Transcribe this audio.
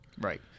Right